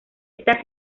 está